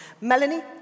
Melanie